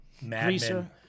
madman